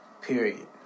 Period